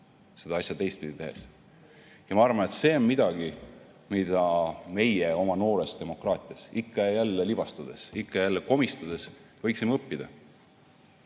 seda asja teistpidi tehes. Ja ma arvan, et see on midagi, mida meie oma noores demokraatias ikka ja jälle libastudes, ikka ja jälle komistades, võiksime õppida.